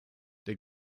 der